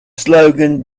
slogan